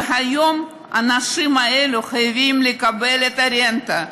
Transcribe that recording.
והיום האנשים האלו חייבים לקבל את הרנטה.